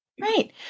Right